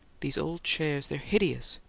these old chairs they're hideous.